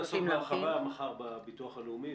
אנחנו נעסוק מחר בהרחבה בביטוח לאומי.